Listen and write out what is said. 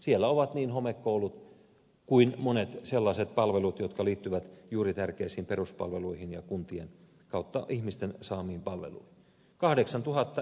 siellä ovat niin homekoulut kuin myös monet sellaiset palvelut jotka liittyvät juuri tärkeisiin peruspalveluihin ja kuntien kautta ihmisten saamiin palveluihin